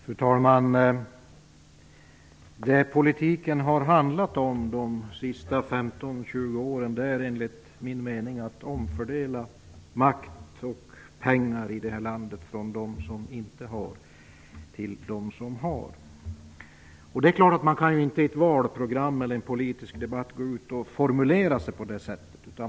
Herr talman! Enligt min mening har politiken de senaste 15-20 åren handlat om att omfördela makt och pengar i Sverige, från dem som inte har till dem som har. Självfallet kan man inte i ett valprogram eller i en politisk debatt formulera sig på det sättet.